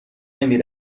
نمی